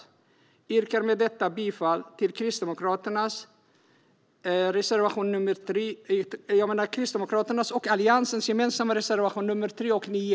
Jag yrkar med detta bifall till Kristdemokraternas och Alliansens gemensamma reservationer 3 och 9.